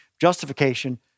justification